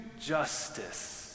justice